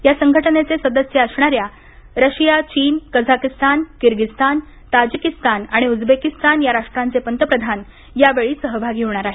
या संघटनेचे सदस्य असणाऱ्या रशिया चीन काझाकीस्तानकिर्गीझस्तान ताजीकीस्तान आणि उझबेकिस्तान या राष्ट्रांचे पंतप्रधान यावेळी सहभागी होणार आहेत